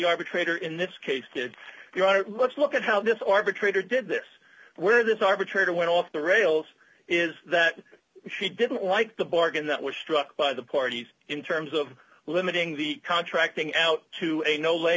arbitrator in this case did let's look at how this arbitrator did this where this arbitrator went off the rails d is that she didn't like the bargain that was struck by the parties in terms of limiting the contracting out to a no lay